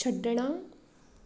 ਛੱਡਣਾ